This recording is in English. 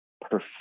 perfect